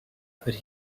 could